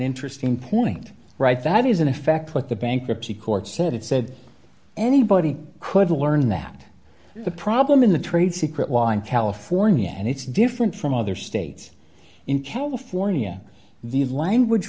interesting point right that is in effect put the bankruptcy court said it said anybody could learn that the problem in the trade secret wine california and it's different from other states in california the of language